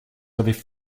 avaient